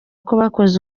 bakoze